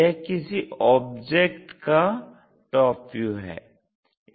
यह किसी ऑब्जेक्ट का TV है